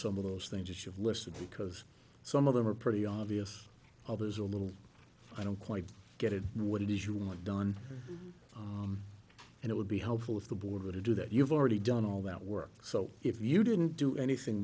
some of those things that you've listed because some of them are pretty obvious others are a little i don't quite get it what it is you want done and it would be helpful with the border to do that you've already done all that work so if you didn't do anything